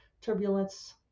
turbulence